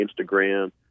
Instagram